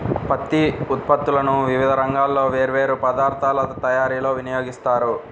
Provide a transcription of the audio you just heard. పత్తి ఉత్పత్తులను వివిధ రంగాల్లో వేర్వేరు పదార్ధాల తయారీలో వినియోగిస్తారు